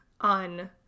on